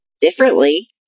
differently